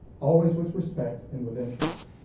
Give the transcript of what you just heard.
always with respect and with interest.